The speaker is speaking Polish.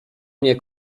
mnie